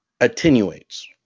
Attenuates